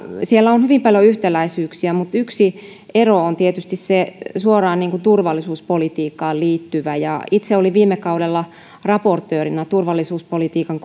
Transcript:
siellä on hyvin paljon yhtäläisyyksiä mutta yksi ero on tietysti suoraan turvallisuuspolitiikkaan liittyvä itse olin viime kaudella raportöörinä turvallisuuspolitiikan